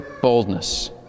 boldness